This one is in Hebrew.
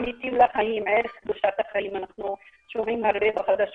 עמיתי לחיים ערך קדושת החיים - אנחנו שומעים בחדשות